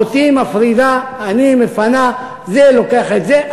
אחותי מפרידה, אני מפנה, זה לוקח את זה.